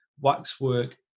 Waxwork